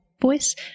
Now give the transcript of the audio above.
voice